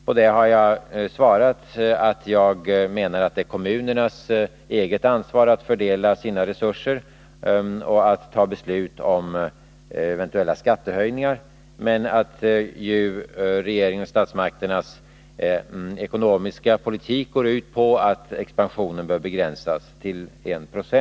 På det har jag svarat att jag menar att det är kommunernas eget ansvar att fördela sina resurser och att fatta beslut om eventuella skattehöjningar, men att regeringens och statsmakternas ekonomiska politik ju går ut på att expansionen bör begränsas till 1 96.